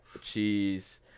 cheese